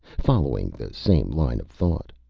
following the same line of thought.